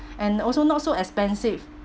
and also not so expensive